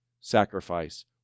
sacrifice